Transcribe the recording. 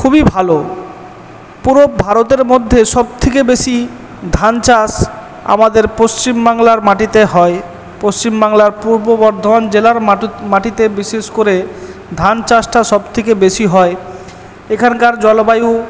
খুবই ভালো পুরো ভারতের মধ্যে সবথেকে বেশি ধান চাষ আমাদের পশ্চিমবাংলার মাটিতে হয় পশ্চিমবাংলার পূর্ব বর্ধমান জেলার মাটিতে বিশেষ করে ধান চাষটা সবথেকে বেশি হয় এখানকার জলবায়ু